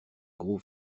gros